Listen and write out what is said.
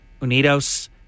Unidos